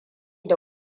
da